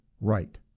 right